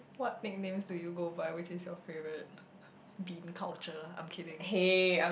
what nicknames do you go by which is your favourite bean culture I'm kidding